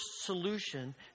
solution